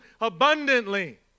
abundantly